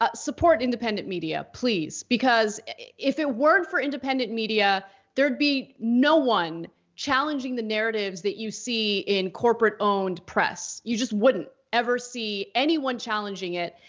ah support independent media, please, because if it weren't for independent media there'd be no one challenging the narratives that you see in corporate owned press. you just wouldn't ever see anyone challenging it.